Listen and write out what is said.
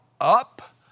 up